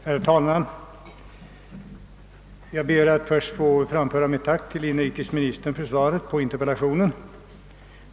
Herr talman! Jag ber att få framföra mitt tack till inrikesministern för svaret på min interpellation.